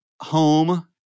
home